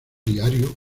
diario